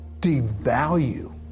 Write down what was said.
devalue